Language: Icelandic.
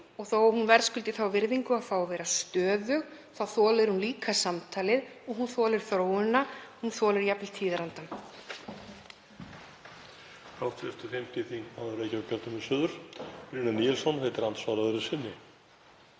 Þótt hún verðskuldi þá virðingu og fá að vera stöðug þolir hún líka samtalið og hún þolir þróunina. Hún þolir jafnvel tíðarandann.